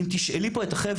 אם תשאלי פה את החבר'ה,